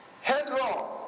headlong